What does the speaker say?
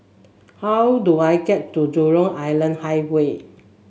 how do I get to Jurong Island Highway